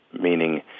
meaning